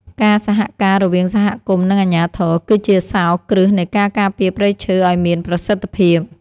ការសហការរវាងសហគមន៍ និងអាជ្ញាធរ គឺជាសោរគ្រឹះនៃការការពារព្រៃឈើឱ្យមានប្រសិទ្ធភាព។